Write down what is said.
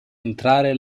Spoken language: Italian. entrare